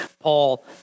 Paul